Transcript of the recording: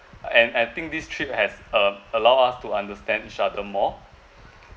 and I think this trip has um allowed us to understand each other more